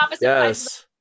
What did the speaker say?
Yes